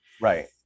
Right